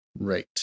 Right